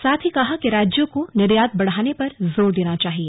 साथ ही कहा कि राज्यों को निर्यात बढ़ाने पर जोर देना चाहिए